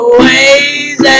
ways